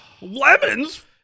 Lemons